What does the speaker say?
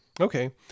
Okay